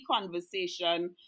conversation